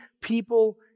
people